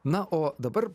na o dabar